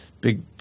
big